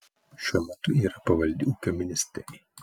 šiuo metu ji yra pavaldi ūkio ministerijai